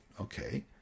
Okay